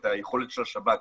את היכולת של השב"כ,